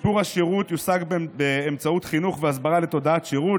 שיפור השירות יושג באמצעות חינוך והסברה לתודעת שירות,